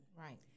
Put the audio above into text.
Right